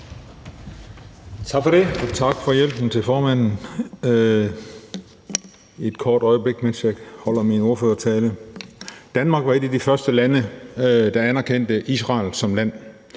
Tak for det, og tak til formanden for hjælpen – et kort øjeblik, mens jeg holder min ordførertale. Danmark var et af de første lande, der anerkendte Israel som land.